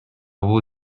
бул